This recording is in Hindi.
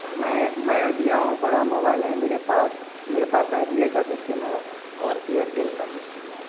मैं मैं लिया हूँ बड़ा मोबाइल है मेरे पास मेरे पास आइडिया का भी सिम है और एयरटेल का भी सिम है